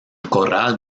corral